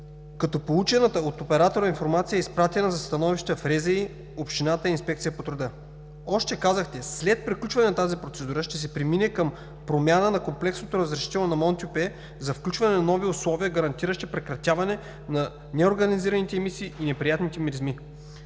като получената от оператора информация е изпратена за становище в РЗИ, общината и Инспекция по труда“. Още, казахте: „След приключване на тази процедура ще се премине към промяна на комплексното разрешително на „Мон-тюпе“ за включване на нови условия, гарантиращи прекратяване на неорганизираните емисии и неприятните миризми.